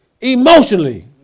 emotionally